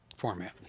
format